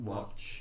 Watch